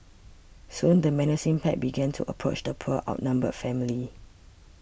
soon the menacing pack began to approach the poor outnumbered family